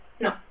No